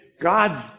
God's